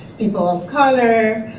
people of color,